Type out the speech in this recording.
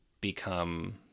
become